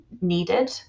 needed